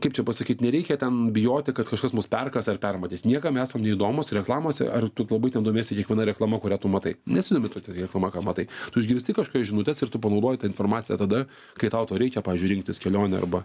kaip čia pasakyt nereikia ten bijoti kad kažkas mus perkąs ar permatys niekam esam įdomūs reklamose ar tu labai ten domiesi kiekviena reklama kurią tu matai nesidomi tu reklama ką matai tu išgirsti kažką žinutes ir tu panaudoji tą informaciją tada kai tau to reikia pavyzdžiui rinktis kelionę arba